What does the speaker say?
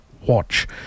watch